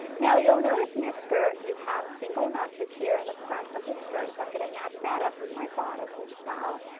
now you'll notice in your skirt, you have single notches here in the front of the skirt, so i'm going to match that up with my bodice as well.